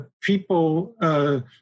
people